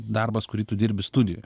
darbas kurį tu dirbi studijoj